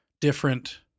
different